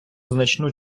значну